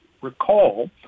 recall